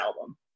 album